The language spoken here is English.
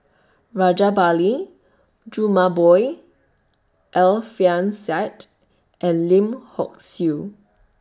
Rajabali Jumabhoy Alfian Sa'at and Lim Hock Siew